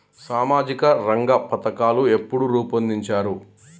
సామాజిక రంగ పథకాలు ఎప్పుడు రూపొందించారు?